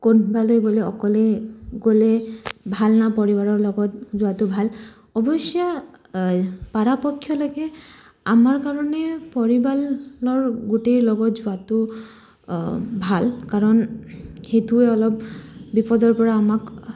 কোনবালে গ'লে অকলে গ'লে ভাল নে পৰিবাৰৰ লগত যোৱাটো ভাল অৱশ্যে পৰাপক্ষ লৈকে আমাৰ কাৰণে পৰিয়ালৰ গোটেই লগত যোৱাটো ভাল কাৰণ সেইটোৱে অলপ বিপদৰ পৰা আমাক